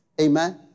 Amen